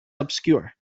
obscure